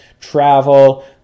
travel